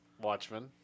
Watchmen